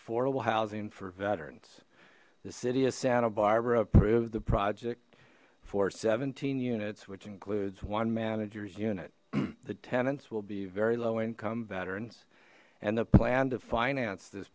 affordable housing for veterans the city of santa barbara approved the project for seventeen units which includes one managers unit the tenants will be very low income veterans and the plan to finance this